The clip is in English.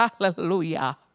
Hallelujah